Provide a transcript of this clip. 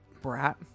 Brat